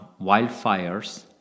wildfires